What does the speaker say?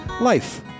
Life